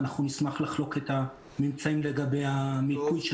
ונשמח לחלוק את הממצאים לגבי המיפוי של